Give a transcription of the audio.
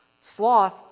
Sloth